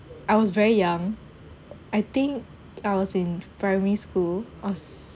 I was very young I think I was in primary school